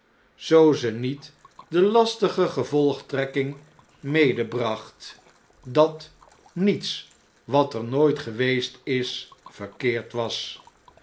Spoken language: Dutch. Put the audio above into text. zoo ze niet de lastige gevolgtrekking medebracht dat niets wat er nooit geweest is verkeerd was